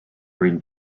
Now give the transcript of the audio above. bryn